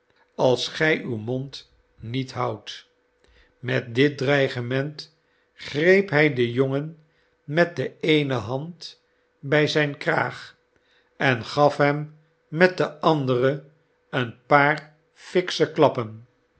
als gij uw mond niet houdt met dit dreigement greep hij den jongen met de eene hand bij zijn kraag en gaf hem met de andere een paar fiksche klappen